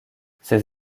ces